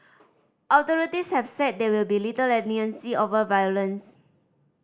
authorities have said there will be little leniency over violence